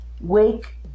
wake